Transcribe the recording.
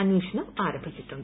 അന്വേഷണം ആരംഭിച്ചിട്ടുണ്ട്